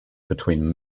between